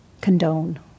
condone